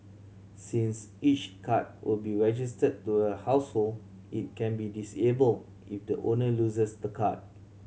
since each card will be registered to a household it can be disabled if the owner loses the card